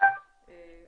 כל